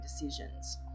decisions